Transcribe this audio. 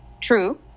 True